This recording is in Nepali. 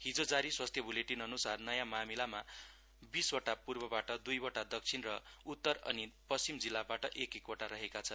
हिजो जारी स्वास्थ्य बुलेटिनअनुसार नयाँ मामिलामा बीसवटा पूर्वबाट दुईवटा दक्षिण र उत्तर अनि पश्चिम जिल्लाबाट एक एस वटा रहेका छन्